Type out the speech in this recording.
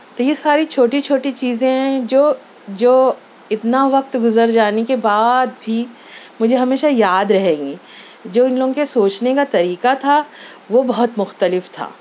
تو یہ ساری چھوٹی چھوٹی چیزیں ہیں جو جو اتنا وقت گزر جانے کے بعد بھی مجھے ہمیشہ یاد رہیں گی جو اِن لوگوں کے سوچنے کا طریقہ تھا وہ بہت مختلف تھا